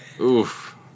Oof